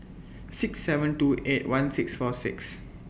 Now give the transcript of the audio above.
six seven two eight one six four six